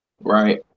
right